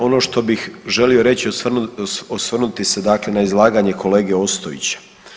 Ono što bih želio reći, osvrnuti se dakle na izlaganje kolege Ostojića.